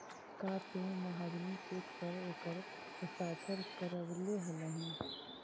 का तु महाजनी चेक पर ओकर हस्ताक्षर करवले हलहि